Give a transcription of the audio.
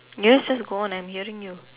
yes just go on I'm hearing you